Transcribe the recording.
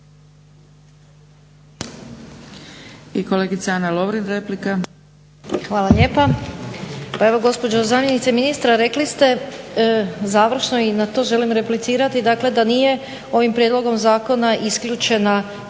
I kolegica Ana Lovrin, replika. **Lovrin, Ana (HDZ)** Hvala lijepa. Pa evo gospođo zamjenice ministra, rekli ste završno i na to želim replicirati, dakle da nije ovim prijedlogom zakona isključena primjena